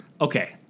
Okay